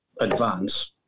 advance